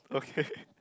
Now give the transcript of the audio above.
okay